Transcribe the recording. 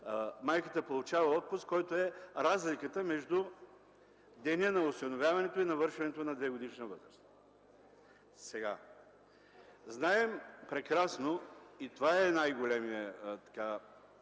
Майката получава отпуск, който е разликата между деня на осиновяването и навършването на двегодишна възраст. Знаем прекрасно – и това е най-големият